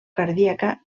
cardíaca